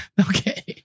Okay